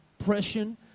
oppression